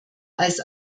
als